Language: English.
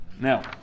Now